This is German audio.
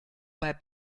bei